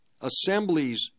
assemblies